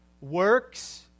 Works